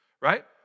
right